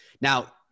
Now